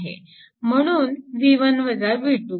म्हणून V1 V2